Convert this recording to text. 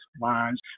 lines